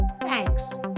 thanks